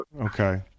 okay